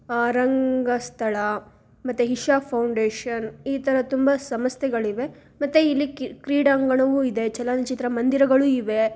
ರಂಗಸ್ಥಳ ಮತ್ತು ಇಶಾ ಫೌಂಡೇಷನ್ ಈ ಥರ ತುಂಬ ಸಂಸ್ಥೆಗಳಿವೆ ಮತ್ತು ಇಲ್ಲಿ ಕ್ರೀಡಾಂಗಣವು ಇದೆ ಚಲನಚಿತ್ರ ಮಂದಿರಗಳು ಇವೆ